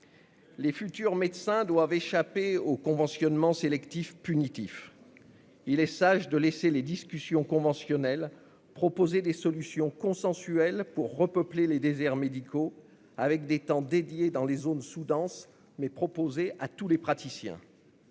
Les futurs médecins doivent échapper au conventionnement sélectif punitif. Il est sage de laisser émerger, des discussions conventionnelles, des solutions consensuelles afin de repeupler les déserts médicaux, grâce à des temps dédiés dans les zones sous-denses, mais proposés à l'ensemble des praticiens.